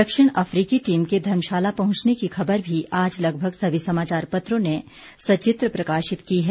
दक्षिण अफ्रीकी टीम के धर्मशाला पहुंचने की ख़बर भी आज लगभग सभी समाचार पत्रों ने सचित्र प्रकाशित की है